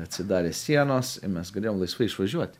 atsidarė sienos ir mes galėjom laisvai išvažiuoti